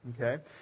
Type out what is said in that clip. Okay